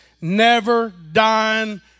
never-dying